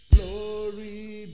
Glory